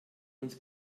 uns